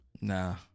Nah